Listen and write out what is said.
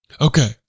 Okay